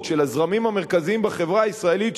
של הזרמים המרכזיים בחברה הישראלית,